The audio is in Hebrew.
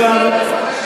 אגב,